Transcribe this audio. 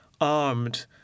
armed